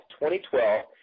2012